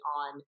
on